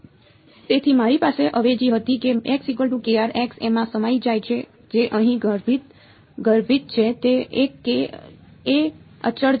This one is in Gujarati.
તેથી મારી પાસે અવેજી હતી કે x એમાં સમાઈ જાય છે જે અહીં ગર્ભિત છે તે એક k એ અચળ છે